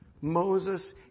Moses